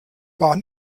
war